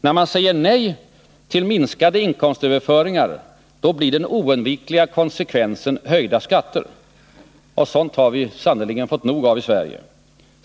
När man säger nej till minskade inkomstöverföringar, blir den oundvikliga konsekvensen höjda skatter. Och sådant har vi sannerligen fått nog av i Sverige.